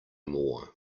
more